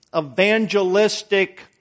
evangelistic